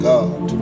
God